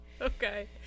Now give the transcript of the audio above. okay